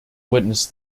witness